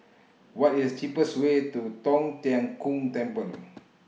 What IS The cheapest Way to Tong Tien Kung Temple